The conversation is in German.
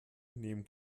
nehmen